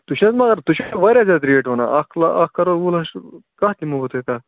تُہۍ چھِو نہَ مگر تُہۍ چھِو واریاہ زیادِ ریٹ وَنان تہٕ اکھ کَرور وُہ لَچھ رۄپیہِ کتھ دِمو بہٕ تۄہہِ تَتھ